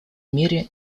мере